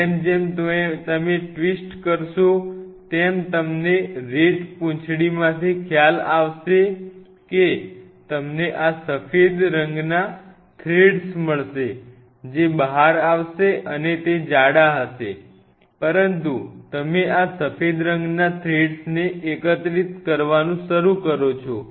જેમ જેમ તમે તેને ટ્વિસ્ટ કરશો તેમ તમને RAT પૂંછડીમાંથી ખ્યાલ આવશે કે તમને આ સફેદ રંગના થ્રેડ્સ મળશે જે બહાર આવશે અને તે જાડા હશે પરંતુ તમે આ સફેદ રંગના થ્રેડ્સને એકત્રિત કરવાનું શરૂ કરો છો